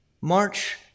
March